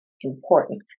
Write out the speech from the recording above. important